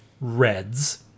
Reds